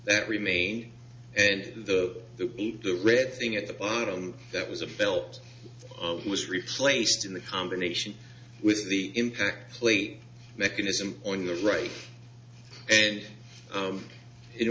that remain and the that the red thing at the bottom that was a belt was replaced in the combination with the impact plate mechanism on the right and